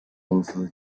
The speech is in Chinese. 公司